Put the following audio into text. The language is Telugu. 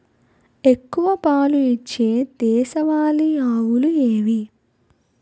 ఎక్కువ పాలు ఇచ్చే దేశవాళీ ఆవులు ఏవి?